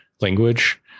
language